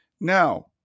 Now